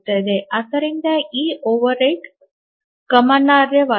ಆದ್ದರಿಂದ ಈ ಓವರ್ಹೆಡ್ ಗಮನಾರ್ಹವಾಗಿದೆ